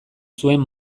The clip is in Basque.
zuen